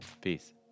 Peace